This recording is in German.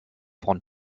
von